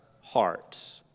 hearts